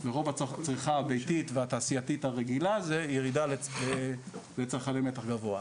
רוב הצריכה הביתית והתעשייתית הרגילה היא ירידה לצרכני מתח גבוה.